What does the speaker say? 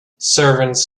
servants